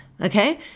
okay